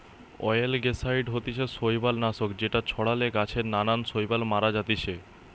অয়েলগেসাইড হতিছে শৈবাল নাশক যেটা ছড়ালে গাছে নানান শৈবাল মারা জাতিছে